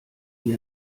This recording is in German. wir